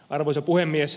arvoisa puhemies